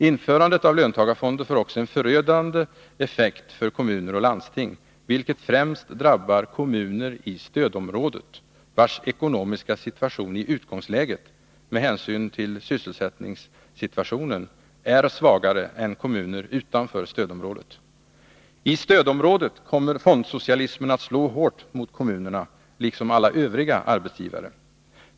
Införandet av löntagarfonder får också en förödande effekt för kommuner och landsting, vilket främst drabbar kommuner i stödområdet, vilkas ekonomiska situation i utgångsläget med hänsyn till sysselsättningssituationen är svagare än kommuners utanför stödområdet. I stödområdet kommer fondsocialismen att slå hårt mot kommunerna liksom alla övriga arbetsgivare.